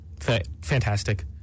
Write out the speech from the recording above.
Fantastic